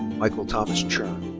michael thomas churn.